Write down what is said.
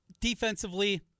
Defensively